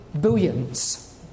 billions